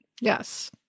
Yes